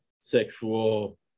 sexual